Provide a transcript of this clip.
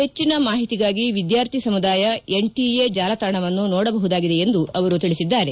ಹೆಚ್ಚನ ಮಾಹಿತಿಗಾಗಿ ವಿದ್ಕಾರ್ಥಿ ಸಮುದಾಯ ಎನ್ಟಿಎ ಜಾಲತಾಣವನ್ನು ನೋಡಬಹುದಾಗಿದೆ ಎಂದು ಅವರು ತಿಳಿಸಿದ್ದಾರೆ